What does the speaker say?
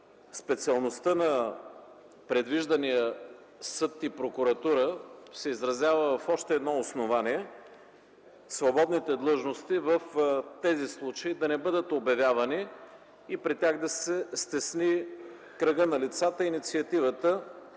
Специалността на предвиждания съд и прокуратура се изразява в още едно основание – свободните длъжности в тези случаи да не бъдат обявявани, и при тях да се стесни кръга на лицата и инициативата,